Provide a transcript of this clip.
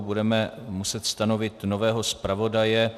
Budeme muset stanovit nového zpravodaje.